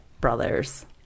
brothers